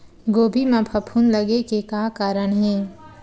गोभी म फफूंद लगे के का कारण हे?